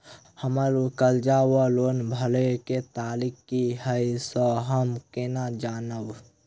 हम्मर कर्जा वा लोन भरय केँ तारीख की हय सँ हम केना जानब?